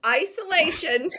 isolation